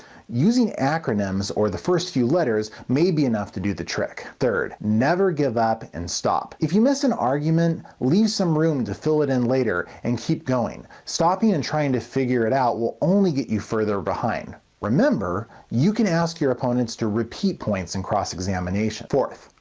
using acronyms or the first few letters may be enough to do the trick. third, never give up and stop. if you miss an argument leave some room to fill it in later and keep going. stopping and trying to figure it out will only get you further behind. remember you can ask your opponent to repeat points in cross examination fourth,